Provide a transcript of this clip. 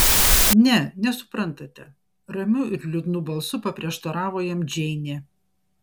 ne nesuprantate ramiu ir liūdnu balsu paprieštaravo jam džeinė